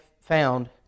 found